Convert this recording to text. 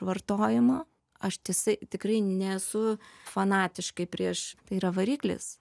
vartojimą aš tisai tikrai nesu fanatiškai prieš yra variklis